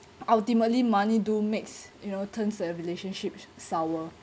ultimately money do makes you know turns a relationship sour